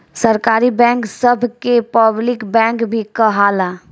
सरकारी बैंक सभ के पब्लिक बैंक भी कहाला